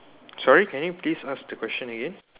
sorry can you please ask the question again